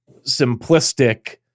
simplistic